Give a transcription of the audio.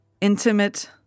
intimate